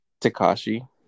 Takashi